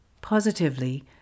Positively